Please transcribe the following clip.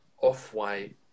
Off-White